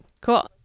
cool